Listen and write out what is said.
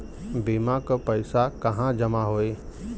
बीमा क पैसा कहाँ जमा होई?